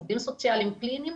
עובדים סוציאליים קליניים,